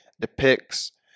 depicts